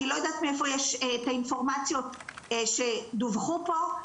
אני לא יודעת מאיפה יש את האינפורמציות שדווחו פה,